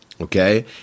okay